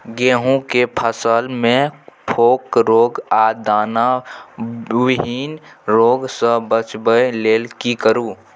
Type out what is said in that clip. गेहूं के फसल मे फोक रोग आ दाना विहीन रोग सॅ बचबय लेल की करू?